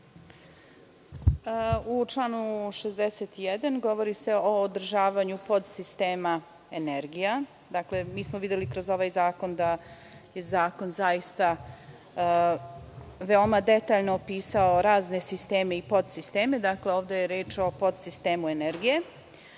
U članu 61. govori se o održavanju podsistema energija. Mi smo videli kroz ovaj zakon da je zakon veoma detaljno opisao razne sisteme i podsisteme. Dakle, ovde je reč o podsistemu energije.